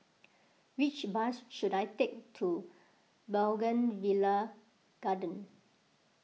which bus should I take to Bougainvillea Garden